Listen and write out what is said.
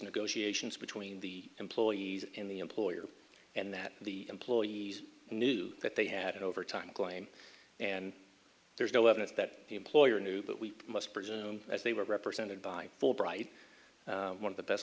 negotiations between the employees in the employer and that the employees knew that they had overtime claim and there's no evidence that the employer knew but we must presume as they were represented by fulbright one of the best